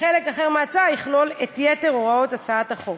וחלק אחר מההצעה יכלול את יתר הוראות הצעת החוק.